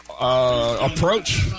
approach